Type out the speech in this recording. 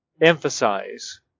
emphasize